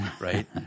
Right